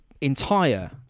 entire